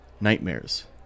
nightmares